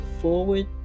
forward